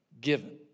Given